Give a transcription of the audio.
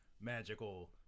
magical